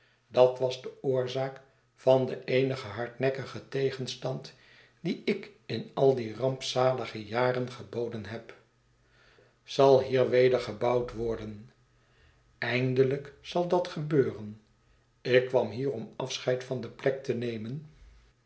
dat was de oorzaak van den eenigen hardnekkigen tegenstand dien ik in al die rampzalige jaren geboden heb zal hier weder gebouwd worden eindelijk zal dat gebeuren ik kwam hier om afscheid van de plek te nemen